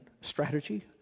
strategy